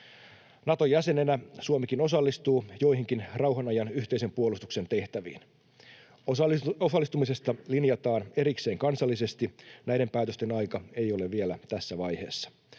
Naton jäsenenä Suomikin osallistuu joihinkin rauhanajan yhteisen puolustuksen tehtäviin. Osallistumisesta linjataan erikseen kansallisesti. Näiden päätösten aika ei ole vielä tässä vaiheessa,